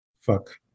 fuck